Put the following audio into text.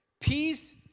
Peace